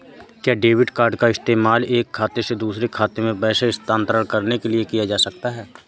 क्या debit card का इस्तेमाल एक खाते से दूसरे खाते में पैसे स्थानांतरण करने के लिए किया जा सकता है?